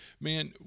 man